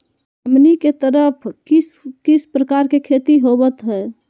हमनी के तरफ किस किस प्रकार के खेती होवत है?